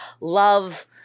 love